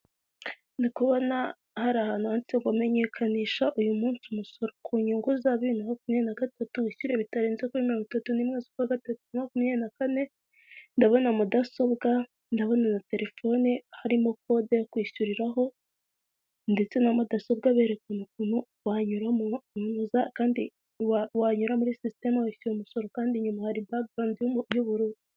Ni ukubona hari ahantu handitse kumenyekanisha uyu munsi umusoro ku nyungu zabiri na makumyabiri nagatatu ,wishyure bitarenze kuri mirongo itatu nimwe z'ukwa gatatu makumyabiri nakane ,ndabona mudasobwa ndabona na telefone harimo kode kwishyuriraho ,ndetse na mudasobwa berekana ukuntu wanyura muri system wishyuye umusoro kandi nyuma hari baground y'ubururu.